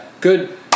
good